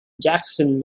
jackson